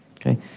Okay